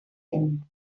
den